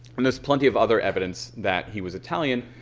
and there's plenty of other evidence that he was italian.